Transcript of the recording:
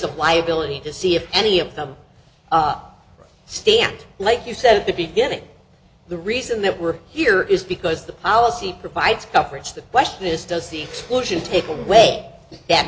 of liability to see if any of them are stamped like you said at the beginning the reason that we're here is because the policy provides coverage the question is does the explosion take away that